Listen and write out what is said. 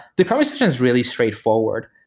the chrome extension is really straightforward.